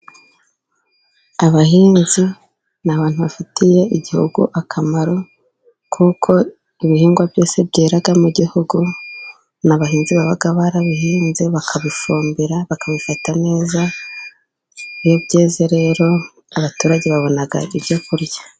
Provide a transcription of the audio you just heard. Abahinzi ni abantu bafitiye igihugu akamaro， kuko ibihingwa byose byera mu gihugu，ni abahinzi baba barabihinze， bakabifumbira，bakabifata neza，iyo byeze rero abaturage babona ibyo kurya.